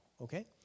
Okay